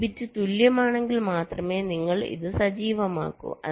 ഈ ബിറ്റ് തുല്യമാണെങ്കിൽ മാത്രമേ നിങ്ങൾ ഇത് സജീവമാക്കൂ